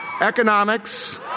economics